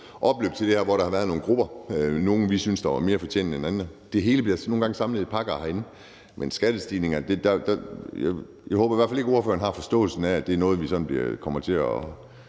optakt til det her, hvor der har været nogle grupper, og hvor vi syntes, at nogle havde fortjent det mere end andre. Det hele bliver nogle gange samlet i pakker herinde. Men i forhold til skattestigninger håber jeg i hvert fald ikke, at ordføreren har den forståelse, at det er noget, vi i fremtiden